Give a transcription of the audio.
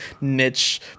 niche